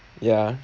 ya